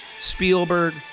Spielberg